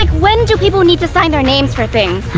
like when do people need to sign their names for things?